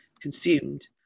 consumed